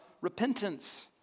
repentance